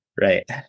Right